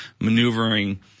maneuvering